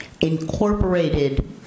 incorporated